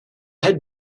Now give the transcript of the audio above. head